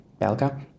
Belka